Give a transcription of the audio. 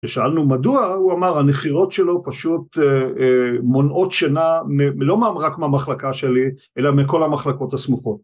ששאלנו מדוע הוא אמר הנחירות שלו פשוט מונעות שינה, לא רק מהמחלקה שלי אלא מכל המחלקות הסמוכות.